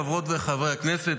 חברות וחברי הכנסת,